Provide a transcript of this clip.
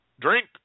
drink